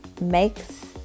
makes